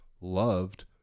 loved